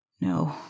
No